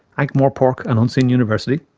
like morpork and unseen university?